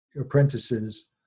apprentices